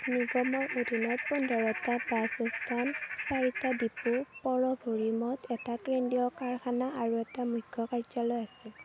নিগমৰ অধীনত পোন্ধৰটা বাছ আস্থান চাৰিটা ডিপো পৰভৰিমত এটা কেন্দ্ৰীয় কাৰখানা আৰু এটা মুখ্য কাৰ্যালয় আছে